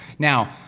now,